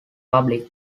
public